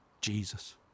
Jesus